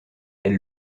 elle